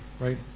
right